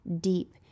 deep